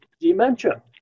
dementia